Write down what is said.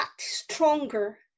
stronger